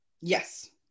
Yes